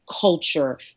culture